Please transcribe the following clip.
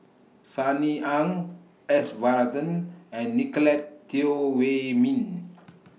Sunny Ang S Varathan and Nicolette Teo Wei Min